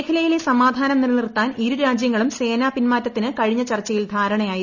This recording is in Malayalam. മേഖലയിലെ സമാധാനം നിലനിർത്താൻ ഇരു രാജ്യങ്ങളും സേനാ പിന്മാറ്റത്തിന് കഴിഞ്ഞ ചർച്ചയിൽ ധാരണയായിരുന്നു